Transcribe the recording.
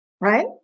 right